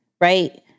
right